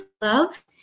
love